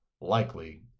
likely